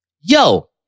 Yo